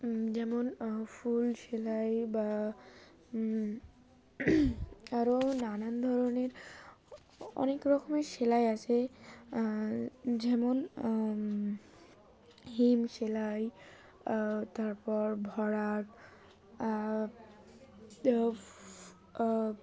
যেমন ফুল সেলাই বা আরও নানান ধরনের অনেক রকমের সেলাই আছে যেমন হিম সেলাই তারপর ভরাট